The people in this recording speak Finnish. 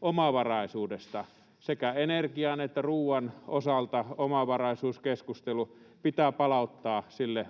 omavaraisuudesta. Sekä energian että ruoan osalta omavaraisuuskeskustelu pitää palauttaa siihen